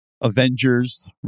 Avengers